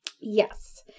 Yes